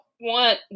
want